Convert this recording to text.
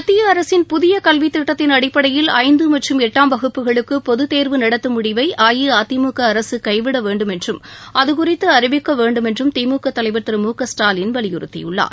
மத்திய அரசின் புதிய கல்வித் திட்டத்தின் அடிப்படையில் ஐந்து மற்றும் எட்டாம் வகுப்புகளுக்கு பொதுத்தேர்வு நடத்தும் முடிவை அஇஅதிமுக அரசு கைவிட வேண்டும் என்றும் அது குறித்து அறிவிக்க வேண்டும் என்றும் திமுக தலைவர் திரு முகஸ்டாலின் வலியுறுத்தியுள்ளார்